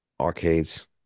arcades